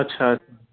अच्छा